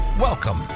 Welcome